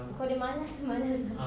kalau dia malas macam mana sia